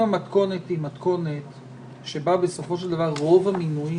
אם המתכונת שבה בסופו של דבר רוב המינויים